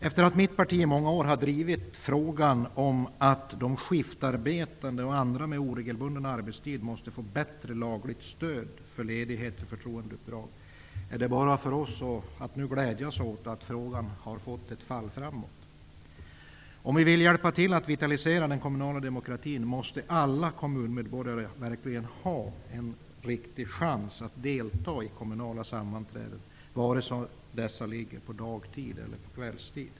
Efter att mitt parti i många år har drivit frågan om att de skiftarbetande och andra med oregelbunden arbetstid måste få bättre lagligt stöd för ledighet för förtroendeuppdrag är det bara för oss att nu glädjas åt att frågan har fått ett fall framåt. Om vi vill hjälpa till att vitalisera den kommunala demokratin måste alla kommunmedborgare verkligen ha en riktig chans att delta i kommunala sammanträden vare sig dessa ligger på dagtid eller kvällstid.